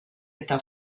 eta